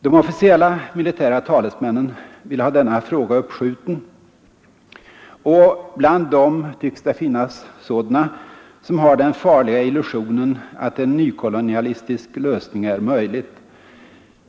De officiella militära talesmännen vill ha denna fråga uppskjuten, och bland dem tycks finnas sådana som har den farliga illusionen att en nykolonialistisk lösning är möjlig.